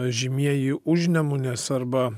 žymieji užnemunės arba